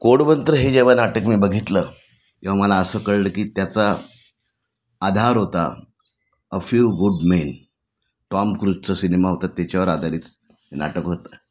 कोडमंत्र हे जेव्हा नाटक मी बघितलं तेव्हा मला असं कळलं की त्याचा आधार होता a few good men Tom क्रूजचं सिनेमा होता त्याच्यावर आधारित नाटक होतं